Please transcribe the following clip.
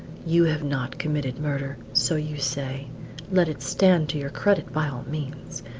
you have not committed murder, so you say let it stand to your credit by all means.